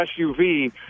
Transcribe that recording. SUV